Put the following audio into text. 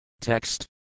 Text